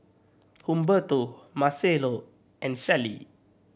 Humberto Marcelo and Shelli